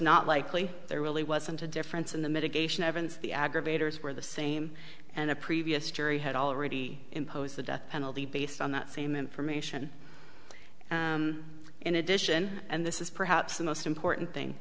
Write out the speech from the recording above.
not likely there really wasn't a difference in the medication evidence the aggravators were the same and a previous jury had already impose the death penalty based on that same information in addition and this is perhaps the most important thing